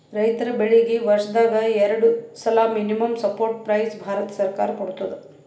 ರೈತರ್ ಬೆಳೀಗಿ ವರ್ಷದಾಗ್ ಎರಡು ಸಲಾ ಮಿನಿಮಂ ಸಪೋರ್ಟ್ ಪ್ರೈಸ್ ಭಾರತ ಸರ್ಕಾರ ಕೊಡ್ತದ